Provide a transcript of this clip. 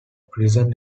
prison